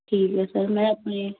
ਠੀਕ ਹੈ ਸਰ ਮੈਂ ਆਪਣੇ